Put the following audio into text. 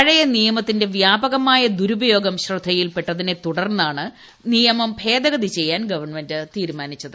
പഴയ നിയമത്തിന്റെ വ്യാപകമായ ദുരുപയോഗം ശ്രദ്ധയിൽപ്പെട്ടതിനെതുടർന്നാണ് നിയമം ഭേദഗതി ചെയ്യാൻ ഗവൺമെന്റ് തീരുമാനിച്ചത്